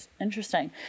Interesting